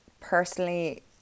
personally